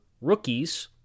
rookies